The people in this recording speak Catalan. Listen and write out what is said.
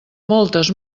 moltes